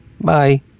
bye